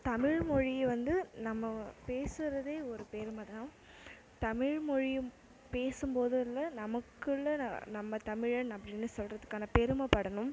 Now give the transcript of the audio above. தமிழ் மொழியை வந்து நம்ம பேசுகிறதே ஒரு பெருமை தான் தமிழ் மொழியும் பேசும் போது இல்லை நமக்குள்ளே நம்ம தமிழன் அப்படின்னு சொல்கிறதுக்கான பெருமை படணும்